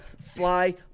Fly